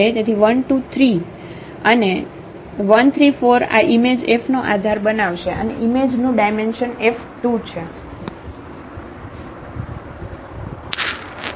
તેથી 1 2 3 અને 1 3 4 આ ઈમેજ F નો આધાર બનાવશે અને ઈમેજ નું ડાયમેન્શન F 2 છે